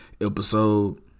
episode